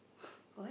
what